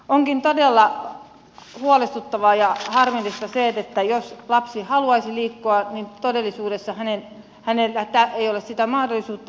onkin todella huolestuttavaa ja harmillista se että jos lapsi haluaisi liikkua niin todellisuudessa hänellä ei ole sitä mahdollisuutta